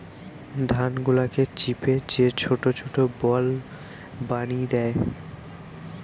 ধান গুলাকে চিপে যে ছোট ছোট বল বানি দ্যায়